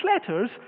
letters